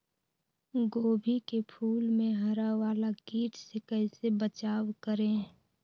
गोभी के फूल मे हरा वाला कीट से कैसे बचाब करें?